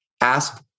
ask